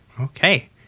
okay